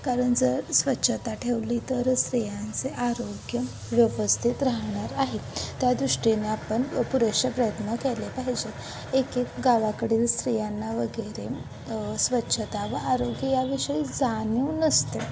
कारण जर स्वच्छता ठेवली तर स्त्रियांचे आरोग्य व्यवस्थित राहणार आहे त्या दृष्टीने आपण पुरेसे प्रयत्न केले पाहिजे एक एक गावाकडील स्त्रियांना वगैरे स्वच्छता व आरोग्य याविषयी जाणीव नसते